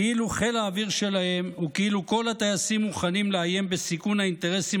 כאילו חיל האוויר שלהם וכאילו כל הטייסים מוכנים לאיים בסיכון האינטרסים